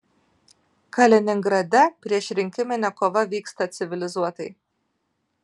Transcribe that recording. kaliningrade priešrinkiminė kova vyksta civilizuotai